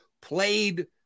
played